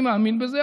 אני מאמין בזה.